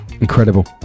Incredible